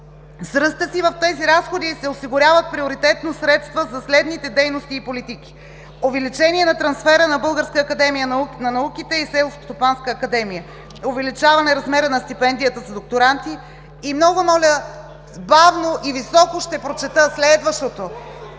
С ръста си в тези разходи се осигуряват приоритетно средства за следните дейности и политики: увеличение на трансфера на Българската академия на науките и Селскостопанската академия, увеличаване размера на стипендията за докторанти. И много моля, бавно и високо ще прочета следващото